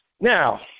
Now